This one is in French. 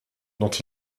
dont